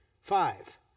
five